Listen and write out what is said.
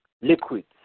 liquids